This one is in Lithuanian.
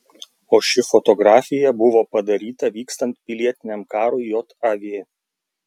o ši fotografija buvo padaryta vykstant pilietiniam karui jav